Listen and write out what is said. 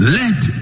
let